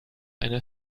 eine